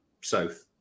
south